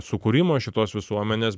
sukūrimo šitos visuomenės